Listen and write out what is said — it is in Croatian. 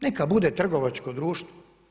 Neka bude trgovačko društvo.